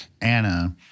Anna